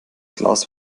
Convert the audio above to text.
glas